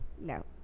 no